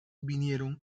vinieron